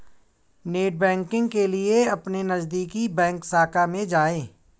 net banking के लिए अपने नजदीकी बैंक शाखा में जाए